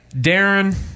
Darren